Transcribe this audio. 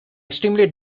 extremely